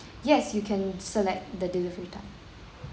yes you can select the delivery time